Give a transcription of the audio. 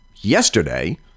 yesterday